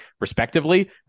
respectively